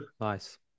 nice